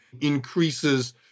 increases